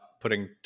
putting